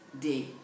day